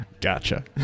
Gotcha